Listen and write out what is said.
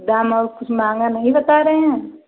दाम और कुछ महंगा नहीं बता रहे हैं